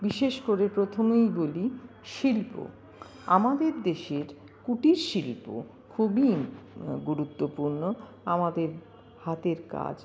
বিশেষ করে প্রথমেই বলি শিল্প আমাদের দেশের কুটির শিল্প খুবই গুরুত্বপূর্ণ আমাদের হাতের কাজ